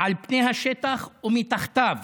על פני השטח ומתחתיו.